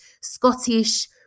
Scottish